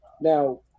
now